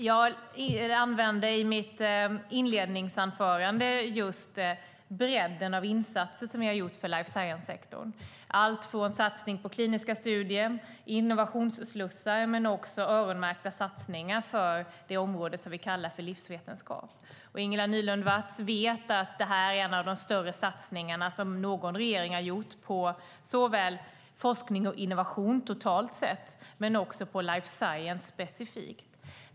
Jag talade i mitt inledningsanförande just om bredden av insatser som vi har gjort för life science-sektorn. Det är allt från satsning på kliniska studier och innovationsslussar till öronmärkta satsningar på det område som vi kallar för livsvetenskap. Ingela Nylund Watz vet att det är en av de större satsningar som någon regering har gjort på forskning och innovation, totalt sett, men också på life science, specifikt.